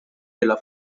della